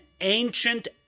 ancient